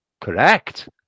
Correct